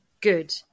good